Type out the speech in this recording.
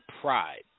pride